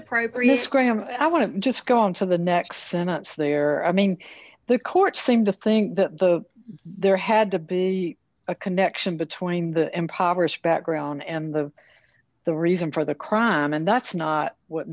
appropriate scram i want to just go on to the next sentence there i mean the court seemed to think that the there had to be a connection between the impoverished background and the the reason for the crime and that's not what